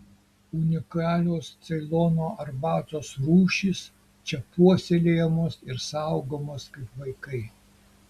unikalios ceilono arbatos rūšys čia puoselėjamos ir saugomos kaip vaikai